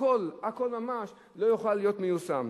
הכול, הכול ממש לא יוכל להיות מיושם.